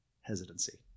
hesitancy